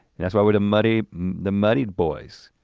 that's why we're the muddy the muddy boys.